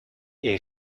est